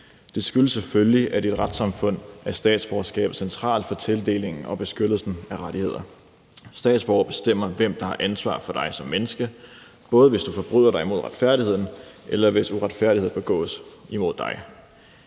Det skyldes selvfølgelig, at statsborgerskabet i et retssamfund er centralt for tildelingen og beskyttelsen af rettigheder. Statsborgere bestemmer, hvem der har ansvar for dig som menneske, både hvis du forbryder dig imod retfærdigheden, og hvis en uretfærdighed begås imod dig.